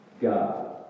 God